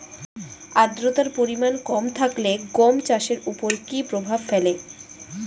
আদ্রতার পরিমাণ কম থাকলে গম চাষের ওপর কী প্রভাব ফেলে?